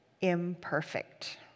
imperfect